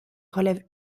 relèvent